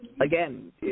again